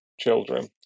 children